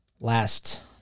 last